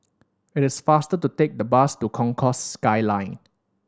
it is faster to take the bus to Concourse Skyline